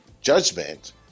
judgment